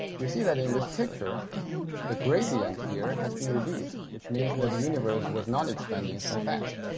you see that in this picture the gradient here has been reduced which means that the universe was not expanding so fast